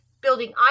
building